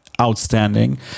outstanding